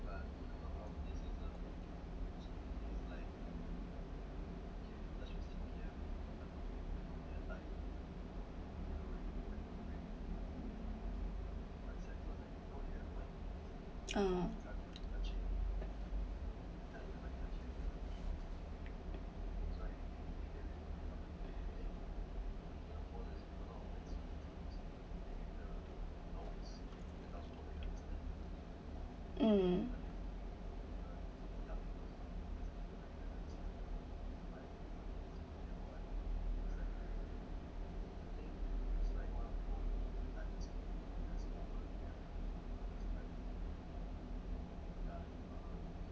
um um